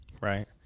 Right